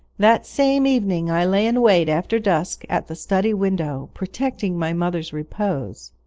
that same evening i lay in wait after dusk at the study window, protecting my mother's repose.